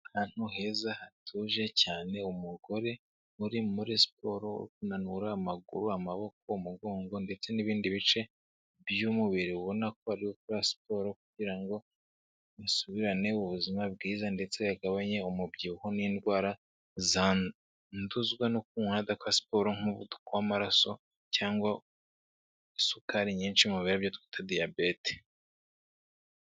Ahantu heza hatuje cyane, umugore uri muri siporo kunanura amaguru, amaboko, umugongo ndetse n'ibindi bice by'umubiri ubona ko ukora siporo kugira ngo musubirane ubuzima bwiza ndetse yagabanye umubyibuho n'indwara zanduzwa no kuba umuntu aba siporo nk'umuduko w'amaraso cyangwa isukari nyinshi mu mubiri aribyo twita diyabete.